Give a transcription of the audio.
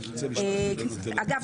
אגב,